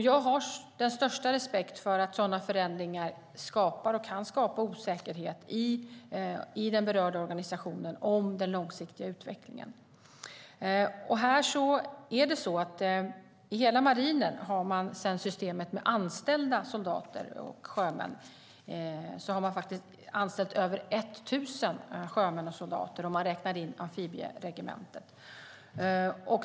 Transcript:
Jag har den största respekt för att sådana förändringar skapar och kan skapa osäkerhet i den berörda organisationen om den långsiktiga utvecklingen. I hela marinen har man systemet med anställda soldater och sjöman. Man har anställt över 1 000 sjömän och soldater om man räknar in amfibieregementet.